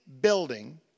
building